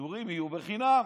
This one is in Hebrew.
השידורים יהיו חינם.